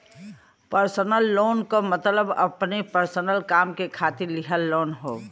personal loan क मतलब अपने पर्सनल काम के खातिर लिहल लोन हौ